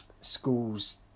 schools